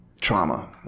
trauma